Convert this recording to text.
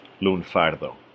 L'Unfardo